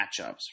matchups